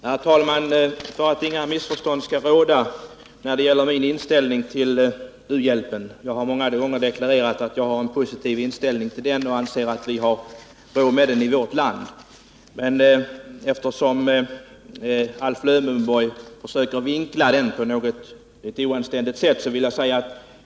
Herr talman! För att inget missförstånd skall råda när det gäller min inställning till u-hjälpen vill jag — vilket jäg har gjort många gånger — deklarera att jag har en positiv inställning till u-hjälpen och att jag anser att vi i vårt land har råd med den. Eftersom AIf Lövenborg på ett oanständigt sätt försöker vinkla mitt uttalande vill jag upprepa vad jag egentligen sade.